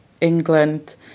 England